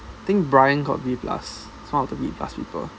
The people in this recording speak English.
think bryan got B plus he's one of the B plus people